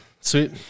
sweet